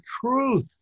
truth